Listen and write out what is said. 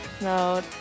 No